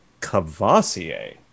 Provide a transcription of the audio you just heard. Cavassier